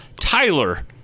Tyler